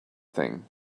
thing